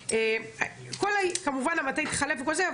כל המטה התחלף וכל זה,